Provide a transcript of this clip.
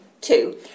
two